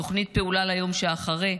תוכנית פעולה ליום שאחרי.